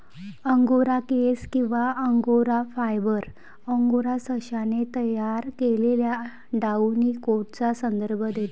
angora केस किंवा angora fibre, angora सशाने तयार केलेल्या डाउनी कोटचा संदर्भ देते